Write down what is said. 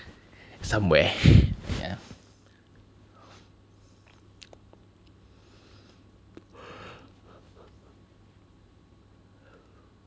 somewhere